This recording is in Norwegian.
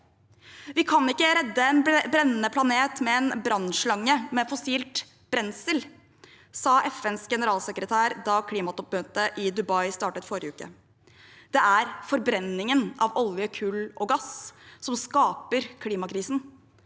Vi kan ikke redde en brennende planet med en brannslange med fossilt brensel, sa FNs generalsekretær da klimatoppmøtet i Dubai startet forrige uke. Det er forbrenningen av olje, kull og gass som skaper klimakrisen.